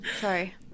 sorry